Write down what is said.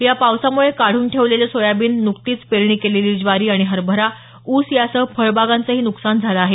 या पावसाम्ळे काढून ठेवलेले सोयबीन नुकतीच पेरणी केलेली ज्वारी आणिा हरभरा ऊस यासह फळबागांचंही नुकसान झालं आहे